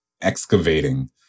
excavating